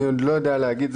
אני עוד לא יודע להגיד.